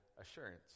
assurance